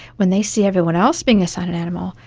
when they see everyone else being assigned an animal,